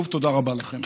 שוב, תודה רבה לכם.